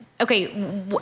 Okay